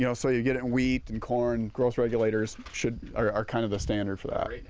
you know so you get it in wheat and corn, growth regulators should are kind of a standard for that.